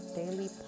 daily